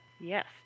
Yes